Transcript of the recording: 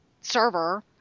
server